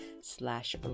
slash